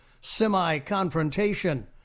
semi-confrontation